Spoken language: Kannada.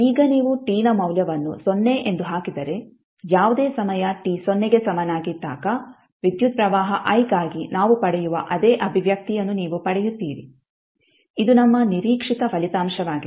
ಈಗ ನೀವು t ನ ಮೌಲ್ಯವನ್ನು ಸೊನ್ನೆ ಎಂದು ಹಾಕಿದರೆ ಯಾವುದೇ ಸಮಯ t ಸೊನ್ನೆಗೆ ಸಮನಾಗಿದ್ದಾಗ ವಿದ್ಯುತ್ ಪ್ರವಾಹ i ಗಾಗಿ ನಾವು ಪಡೆಯುವ ಅದೇ ಅಭಿವ್ಯಕ್ತಿಯನ್ನು ನೀವು ಪಡೆಯುತ್ತೀರಿ ಇದು ನಮ್ಮ ನಿರೀಕ್ಷಿತ ಫಲಿತಾಂಶವಾಗಿದೆ